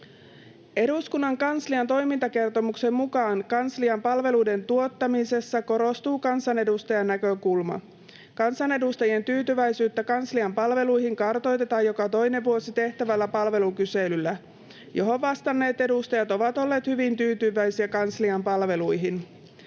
Eduskunnan kanslian toimintakertomuksen mukaan kanslian palveluiden tuottamisessa korostuu kansanedustajan näkökulma. Kansanedustajien tyytyväisyyttä kanslian palveluihin kartoitetaan joka toinen vuosi tehtävällä palvelukyselyllä, johon vastanneet edustajat ovat olleet hyvin tyytyväisiä kanslian palveluihin.